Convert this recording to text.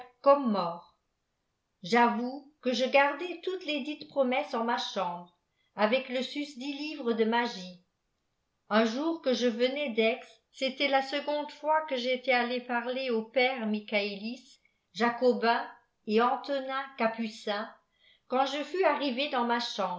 mort j'avoue que je gardais touteslesdifes promesses en ma chambre avec le susdit livre de nrogîe un jour que je venais d'aix c'était la seconde fois que j'étais allé parler aux pères michaëlis jacobin et an tonin capucin quand je fus arrivé dans ma chambre